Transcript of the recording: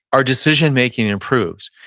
our decision making improves.